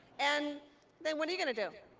and then what are you going to do?